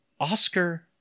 Oscar